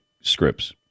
scripts